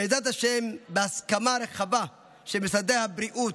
בעזרת השם, בהסכמה רחבה של משרדי הבריאות,